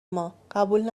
ما، قبول